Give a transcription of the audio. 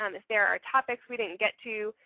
um if there are topics we didn't get to,